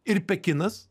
ir pekinas